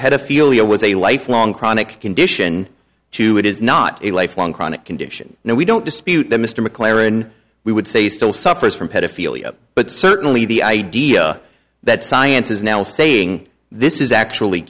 pedophilia was a lifelong chronic condition to it is not a lifelong chronic condition now we don't dispute that mr mclaren we would say still suffers from pedophilia but certainly the idea that science is now saying this is actually